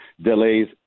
delays